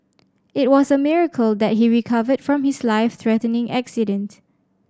it was a miracle that he recovered from his life threatening accident